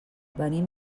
venim